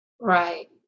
Right